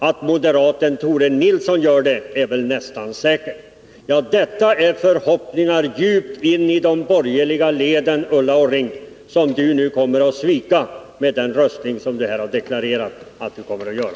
Att moderaten Tore Nilsson gör det är väl nästan säkert.” Det är förhoppningar djupt in i de borgerliga lägren som Ulla Orring nu kommer att svika med det ställningstagande som hon har deklarerat att hon om en stund kommer att göra.